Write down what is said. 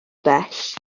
bell